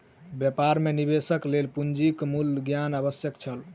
व्यापार मे निवेशक लेल पूंजीक मूल्य ज्ञान आवश्यक छल